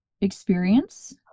experience